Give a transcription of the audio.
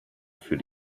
für